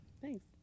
Thanks